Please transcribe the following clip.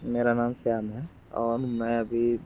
मेरा नाम श्याम है और मैं अभी